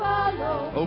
Follow